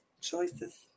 Choices